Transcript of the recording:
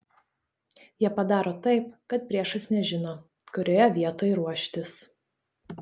jie padaro taip kad priešas nežino kurioje vietoj ruoštis